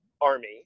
Army